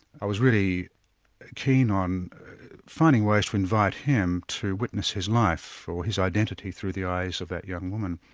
i was really keen on finding ways to invite him to witness his life or his identity through the eyes of that young woman.